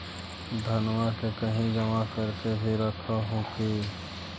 धनमा के कहिं जमा कर के भी रख हू की?